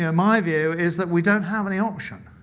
yeah my view is that we don't have any option.